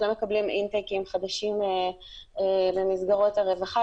לא מקבלים אימפקטים חדשים במסגרות הרווחה.